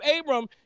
Abram